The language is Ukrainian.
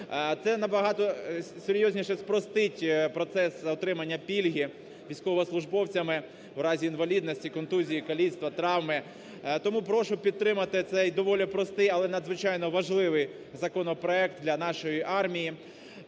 Це набагато серйозніше спростить процес отримання пільги військовослужбовцями в разі інвалідності, контузії, каліцтва, травми. Тому прошу підтримати цей доволі простий, але надзвичайно важливий законопроект для нашої армії.